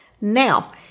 Now